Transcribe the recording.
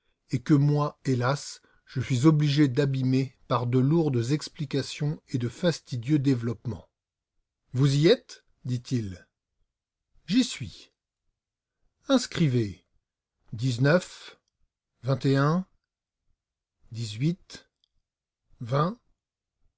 et que moi hélas je suis obligé d'abîmer par de lourdes explications et de fastidieux développements vous y êtes dit-il j'y suis inscrivez